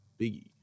Biggie